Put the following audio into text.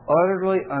utterly